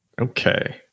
okay